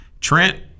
Trent